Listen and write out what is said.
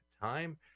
Time